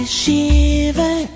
shiver